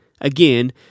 Again